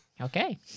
Okay